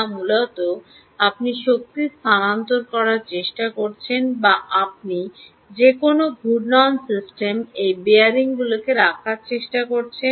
যা মূলত আপনি শক্তি স্থানান্তর করার চেষ্টা করছেন বা আপনি যে কোনও ঘূর্ণন সিস্টেমে এই বিয়ারিংগুলি রাখার চেষ্টা করছেন